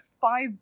five